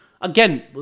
Again